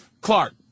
Clark